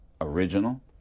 original